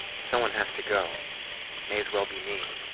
someone has to go may as well be me.